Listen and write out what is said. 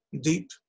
deep